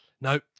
no